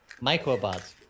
Microbots